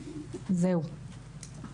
זהו.